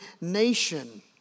nation